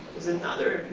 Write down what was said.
there's another,